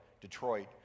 Detroit